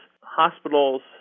hospitals